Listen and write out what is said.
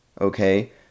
okay